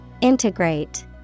Integrate